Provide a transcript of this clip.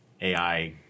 AI